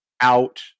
out